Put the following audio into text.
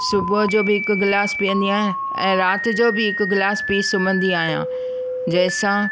सुबुह जो बि हिकु गिलासु पीअंदी आहियां ऐं राति जो बि हिकु गिलासु पी सुम्हंदी आहियां जंहिंसां